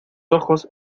ojos